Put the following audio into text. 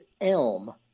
elm